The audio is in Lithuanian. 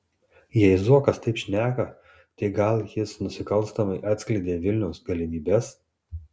jei zuokas taip šneka tai gal jis nusikalstamai atskleidė vilniaus galimybes